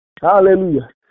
Hallelujah